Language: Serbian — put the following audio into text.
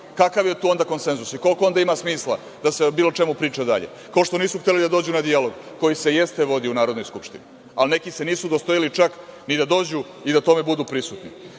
kakav je to onda konsenzus i koliko onda ima smisla da se bilo o čemu priča dalje, kao što nisu hteli da dođu na dijalog koji se jeste vodio u Narodnoj skupštini? Neki se nisu udostojili čak ni da dođu i da o tome budu prisutni. Traže